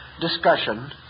discussion